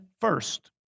first